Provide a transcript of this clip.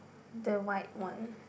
the white one